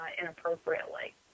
inappropriately